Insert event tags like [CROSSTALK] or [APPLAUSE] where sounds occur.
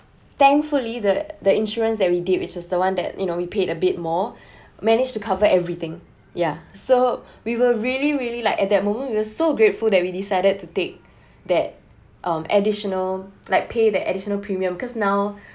thankfully the the insurance that we did which is the one that you know we paid a bit more [BREATH] managed to cover everything ya so [BREATH] we were really really like at that moment we were so grateful that we decided to take [BREATH] that um additional like pay that additional premium because now [BREATH]